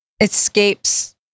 escapes